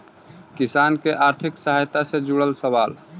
किसान के आर्थिक सहायता से जुड़ल सवाल?